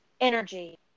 energy